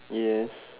yes